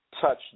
Touch